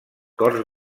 corts